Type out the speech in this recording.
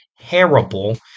terrible